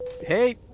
hey